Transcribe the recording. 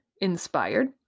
inspired